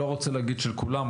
אני לא רוצה להגיד של כולם,